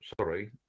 sorry